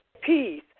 peace